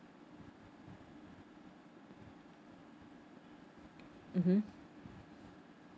mmhmm